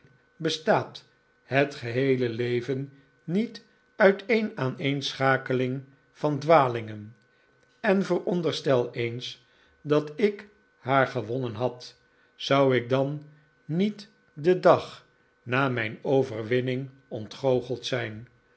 bestaat het geheele leven niet uit een aaneenschakeling van dwalingen en veronderstel eens dat ik haar gewonnen had zou ik dan niet den dag na mijn overwinning ontgoocheld zijn